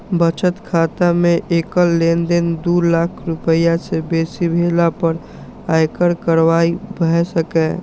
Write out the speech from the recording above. बचत खाता मे एकल लेनदेन दू लाख रुपैया सं बेसी भेला पर आयकर कार्रवाई भए सकैए